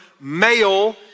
male